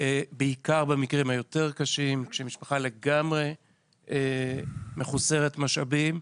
בעיקר במקרים היותר קשים כאשר משפחה לגמרי מחוסרת משאבים.